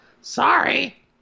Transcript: Sorry